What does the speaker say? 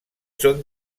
són